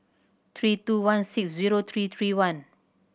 three two one six zero three three one